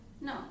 no